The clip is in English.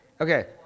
Okay